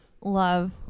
love